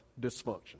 dysfunction